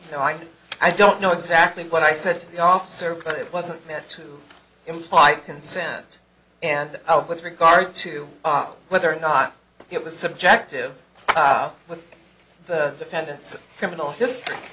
so i i don't know exactly what i said the officer but it wasn't meant to imply consent and out with regard to whether or not it was subjective how with defendant's criminal history